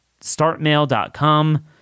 startmail.com